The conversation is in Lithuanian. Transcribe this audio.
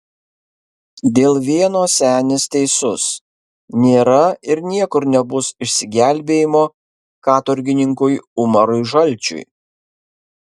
dėl vieno senis teisus nėra ir niekur nebus išsigelbėjimo katorgininkui umarui žalčiui